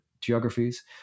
geographies